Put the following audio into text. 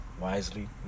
wisely